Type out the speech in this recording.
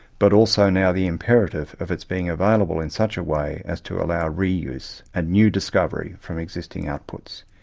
but also now the imperative of its being available in such a way as to allow reuse, and new discovery from existing outputs.